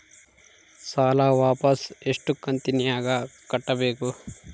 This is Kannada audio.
ಸಾಲ ವಾಪಸ್ ಎಷ್ಟು ಕಂತಿನ್ಯಾಗ ಕಟ್ಟಬೇಕು?